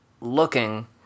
looking